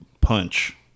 punch